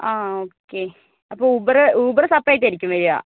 ആ ഓക്കെ അപ്പോൾ Uber Uber separate ആയിരിക്കും വരിക